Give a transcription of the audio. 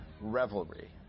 revelry